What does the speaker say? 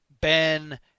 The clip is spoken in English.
Ben